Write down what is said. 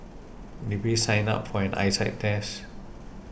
did we sign up for an eyesight test